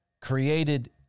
created